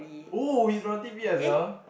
oh he's from t_p as well